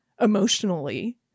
emotionally